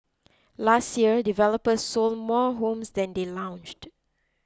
last year developers sold more homes than they launched